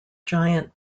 giant